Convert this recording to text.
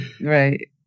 Right